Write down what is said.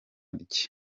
rye